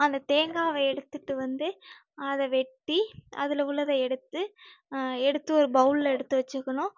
அந்த தேங்காயை எடுத்துட்டு வந்து அதை வெட்டி அதில் உள்ளதை எடுத்து எடுத்து ஒரு பௌலில் எடுத்து வச்சுக்கணும்